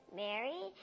mary